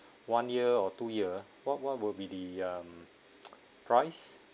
one year or two year what what would be the um price